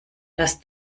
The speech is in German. dass